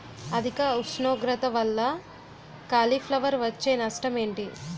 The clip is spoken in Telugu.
అధిక ఉష్ణోగ్రత వల్ల కాలీఫ్లవర్ వచ్చే నష్టం ఏంటి?